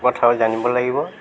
কথাও জানিব লাগিব